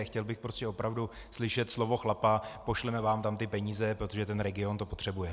Chtěl bych opravdu slyšet slovo chlapa: pošleme vám tam ty peníze, protože region to potřebuje.